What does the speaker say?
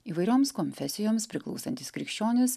įvairioms konfesijoms priklausantys krikščionys